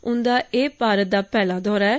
उंदा एह् भारत दा पैहला दौरा ऐ